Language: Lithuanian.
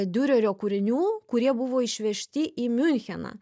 diurerio kūrinių kurie buvo išvežti į miuncheną